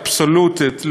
אבסולוטית,